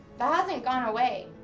that hasn't gone away.